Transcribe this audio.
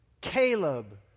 Caleb